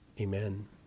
Amen